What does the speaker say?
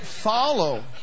follow